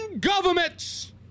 governments